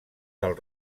del